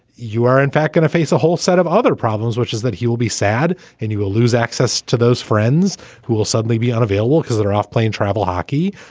you are in fact going to face a whole set of other problems, which is that he will be sad and you will lose access to those friends who will suddenly be unavailable because they are off playing travel hockey.